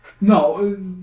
No